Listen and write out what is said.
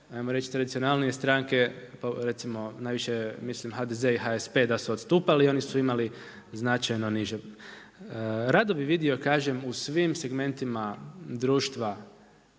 tradicionalnije stranke, recimo najviše mislim HDZ i HSP da su odstupali. Oni su imali značajno niže. Rado bih vidio kažem u svim segmentima društva